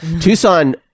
Tucson